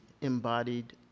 embodied